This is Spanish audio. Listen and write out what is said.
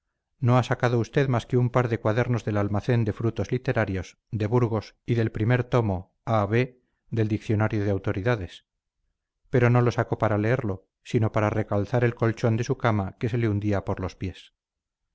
no ha sacado usted más que un par de cuadernos del almacén de frutos literarios de burgos y el primer tomo a b del diccionario de autoridades pero no lo sacó para leerlo sino para recalzar el colchón de su cama que se le hundía por los pies